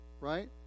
Right